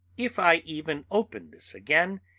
if i even open this again,